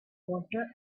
water